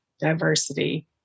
diversity